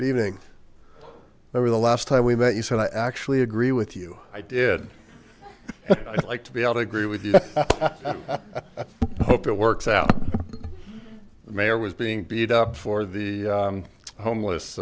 leaving over the last time we met you said i actually agree with you i did like to be able to agree with hope it works out the mayor was being beat up for the homeless